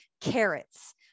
carrots